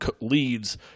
leads